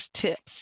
tips